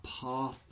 path